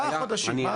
ארבעה חודשים.